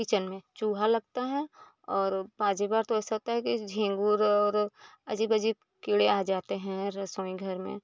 kitchen में चूहे लगते हैं और पाँच बार तो ऐसा लगता है कि झींगूर और अजीब अजीब कीड़े आ जाते हैं रसोई घर में